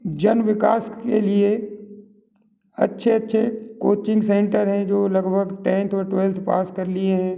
जन विकास के लिए अच्छे अच्छे कोचिंग सेंटर हैं जो लगभग टेंथ और ट्वेल्थ पास कर लिए हैं